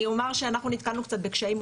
אני אומר שאנחנו נתקלנו קצת בקשיים,